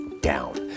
down